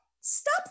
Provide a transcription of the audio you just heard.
Stop